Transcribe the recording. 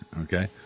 okay